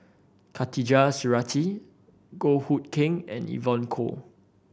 Khatijah Surattee Goh Hood Keng and Evon Kow